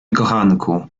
kochanku